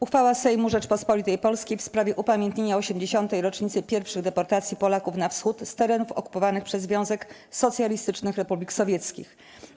Uchwała Sejmu Rzeczypospolitej Polskiej w sprawie upamiętnienia 80. rocznicy pierwszych deportacji Polaków na Wschód z terenów okupowanych przez Związek Socjalistycznych Republik Sowieckich.